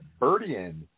Birdian